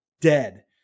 dead